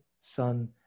son